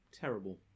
terrible